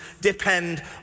depend